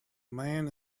man